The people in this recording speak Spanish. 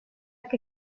que